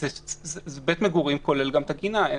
בית מגורים כולל גם את הגינה.